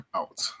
out